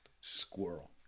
squirrel